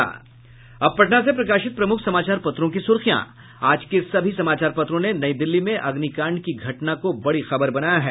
अब पटना से प्रकाशित प्रमुख समाचार पत्रों की सुर्खियां आज के सभी समाचार पत्रों ने नई दिल्ली में अग्निकांड की घटना को बड़ी खबर बनाया है